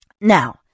Now